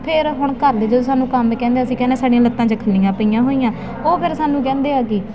ਫਿਰ ਹੁਣ ਘਰ ਦੇ ਜਦੋਂ ਸਾਨੂੰ ਕੰਮ ਕਹਿੰਦੇ ਅਸੀਂ ਕਹਿੰਦੇ ਸਾਡੀਆਂ ਲੱਤਾਂ 'ਚ ਖੱਲੀਆਂ ਪਈਆਂ ਹੋਈਆਂ ਉਹ ਫਿਰ ਸਾਨੂੰ ਕਹਿੰਦੇ ਆ ਕਿ